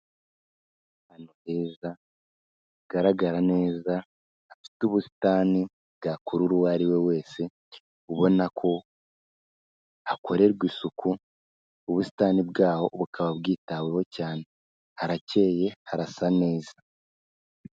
Ahantu heza hagaragara neza, hafite ubusitani bwakurura uwo ari we wese, ubona ko hakorerwa isuku, ubusitani bwaho bukaba bwitaweho cyane, harakeye, harasa neza.